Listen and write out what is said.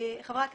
חברי הכנסת.